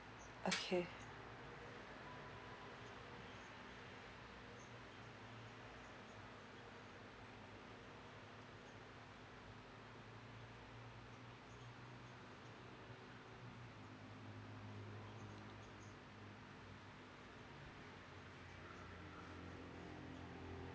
okay